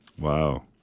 Wow